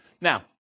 Now